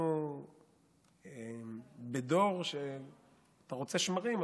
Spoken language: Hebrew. אנחנו בדור שאם אתה רוצה שמרים,